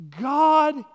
God